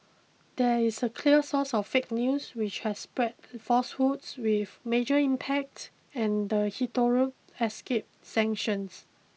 there is clear source of 'fake news' which has spread falsehoods with major impact and hitherto escaped sanction